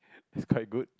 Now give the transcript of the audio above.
is quite good